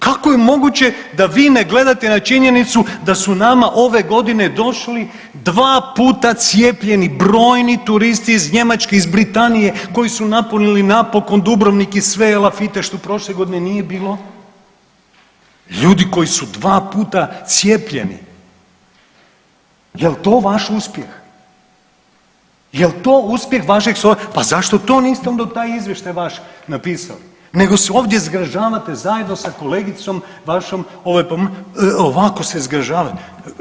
Ministre, kako je moguće da vi ne gledate na činjenicu da su nama ove godine došli dva puta cijepljeni brojni turisti iz Njemačke i iz Britanije koji su napunili napokon Dubrovnik i sve elafite što prošle godine nije bilo, ljudi koji su dva puta cijepljeni, jel to vaš uspjeh, jel to uspjeh vašeg, pa zašto to niste onda u taj izvještaj vaš napisali nego se ovdje zgražavate zajedno sa kolegicom vašom, ovako se zgražavate.